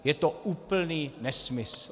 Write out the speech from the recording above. Je to úplný nesmysl.